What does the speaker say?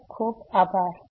ખુબ ખુબ આભાર